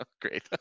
Great